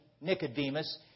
Nicodemus